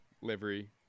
livery